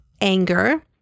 Anger